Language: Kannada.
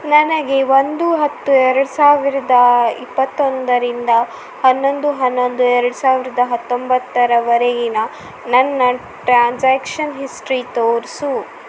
ನನಗೆ ಒಂದು ಹತ್ತು ಎರಡು ಸಾವಿರದ ಇಪ್ಪತ್ತೊಂದರಿಂದ ಹನ್ನೊಂದು ಹನ್ನೊಂದು ಎರಡು ಸಾವಿರದ ಹತ್ತೊಂಬತ್ತರವರೆಗಿನ ನನ್ನ ಟ್ರಾನ್ಸಾಕ್ಷನ್ ಹಿಸ್ಟ್ರಿ ತೋರಿಸು